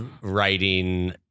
writing